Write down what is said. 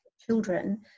children